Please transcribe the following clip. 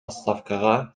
отставкага